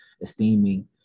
esteeming